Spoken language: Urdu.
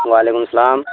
وعلیکم السلام